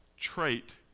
trait